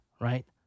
right